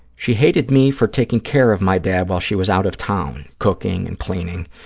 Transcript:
she hated me for taking care of my dad while she was out of town, cooking and cleaning,